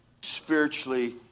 spiritually